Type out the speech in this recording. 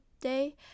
Day